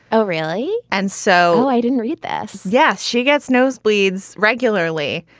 oh, really? and so i didn't read this. yes. she gets nosebleeds regularly.